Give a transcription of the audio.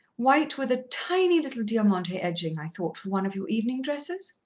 white with a tiny little diamante edging, i thought, for one of your evenin' dresses.